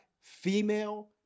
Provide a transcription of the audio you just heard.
female